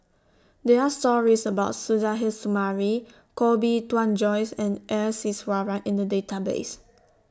There Are stories about Suzairhe Sumari Koh Bee Tuan Joyce and S Iswaran in The Database